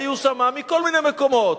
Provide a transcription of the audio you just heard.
היו שם מכל מיני מקומות,